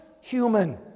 human